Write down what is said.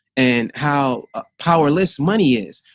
and how powerless money is,